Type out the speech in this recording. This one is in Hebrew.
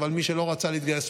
אבל מי שלא רצה להתגייס,